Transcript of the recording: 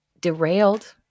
derailed